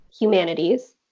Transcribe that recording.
humanities